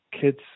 kids